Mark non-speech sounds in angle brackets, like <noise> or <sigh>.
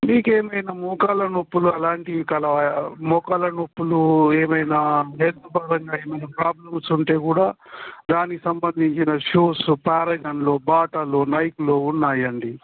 మీకేమైనా మోకాల నొప్పులు అలాంటివి కల మోకాల నొప్పులు ఏమైనా <unintelligible> ఏమైనా ప్రాబ్లమ్స్ ఉంటే కూడా దానికి సంబంధించిన షూస్ పారంగన్లు బాటలు నైకులు ఉన్నాయండి